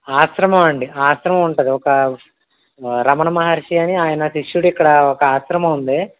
ఆశ్రమం అండి ఆశ్రమం ఉంటుంది ఒక రమణ మహర్షి అని ఆయన శిష్యుడు ఇక్కడ ఒక ఆశ్రమం ఉంది